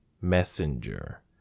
Messenger